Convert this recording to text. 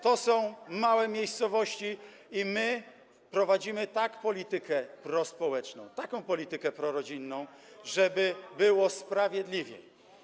To są małe miejscowości i my prowadzimy tak politykę prospołeczną, taką politykę prorodzinną, żeby było sprawiedliwie.